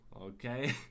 Okay